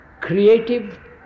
creative